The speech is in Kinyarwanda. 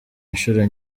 inshuro